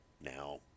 Now